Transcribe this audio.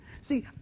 See